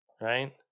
right